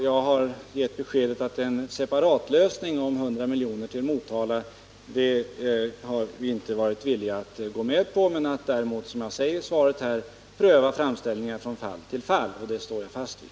Jag har gett beskedet att vi inte är villiga att gå med på en separat lösning om 100 miljoner till Motala men däremot att, som jag sagt i svaret här, pröva framställningar från fall till fall. Det beskedet står jag fast vid.